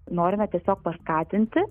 norime tiesiog paskatinti